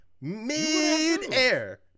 Midair